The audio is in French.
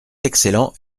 excellent